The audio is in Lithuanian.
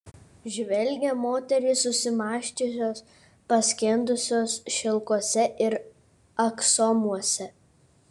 žvelgia moterys susimąsčiusios paskendusios šilkuose ir aksomuose